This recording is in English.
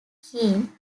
keen